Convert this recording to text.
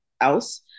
else